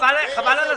חבל על הזמן.